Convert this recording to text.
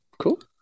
cool